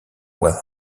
will